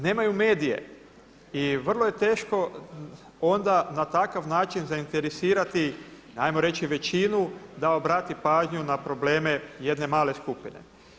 Nemaju medije i vrlo je teško onda na takav način zainteresirati hajmo reći većinu da obrati pažnju na probleme jedne male skupine.